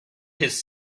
his